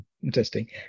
Interesting